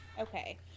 Okay